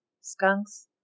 skunks